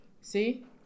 See